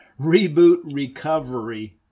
Rebootrecovery